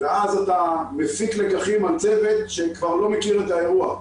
ואז אתה מפיק לקחים על צוות שכבר לא מכיר את האירוע.